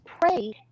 pray